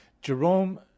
Jerome